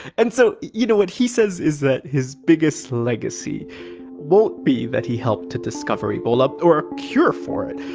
and so, you know, what he says is that his biggest legacy won't be that he helped to discover ebola or a cure for it.